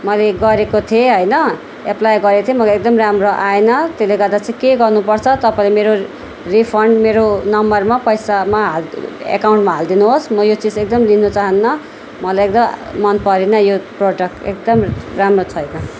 मैले गरेको थिएँ होइन एप्लाई गरेको थिएँ मगर एकदमै राम्रो आएन त्यसले गर्दा चाहिँ के गर्नुपर्छ तपाईँले मेरो रिफन्ड मेरो नम्बरमा पैसामा एकाउन्टमा हालिदिनुहोस् म यो चिज एकदम लिनु चाहन्न मसाई एकदम मनपरेन यो प्रडक्ट एकदम राम्रो छैन